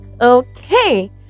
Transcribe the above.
Okay